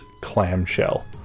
clamshell